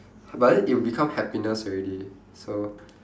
but then it'll become happiness already so